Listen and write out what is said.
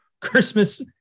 Christmas